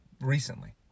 recently